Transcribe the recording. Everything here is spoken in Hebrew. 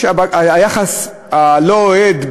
שהיחס הוא לא אוהד,